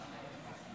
בבקשה,